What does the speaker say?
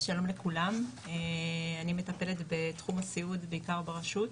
שלום לכולם, אני מטפלת בתחום הסיעוד בעיקר ברשות,